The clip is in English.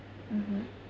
mmhmm